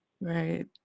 Right